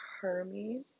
hermes